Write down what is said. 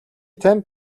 танд